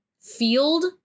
field